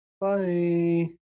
Bye